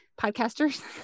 podcasters